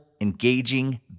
engaging